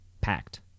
packed